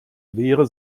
wäre